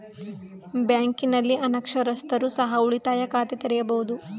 ಬ್ಯಾಂಕಿನಲ್ಲಿ ಅನಕ್ಷರಸ್ಥರು ಸಹ ಉಳಿತಾಯ ಖಾತೆ ತೆರೆಯಬಹುದು?